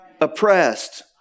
oppressed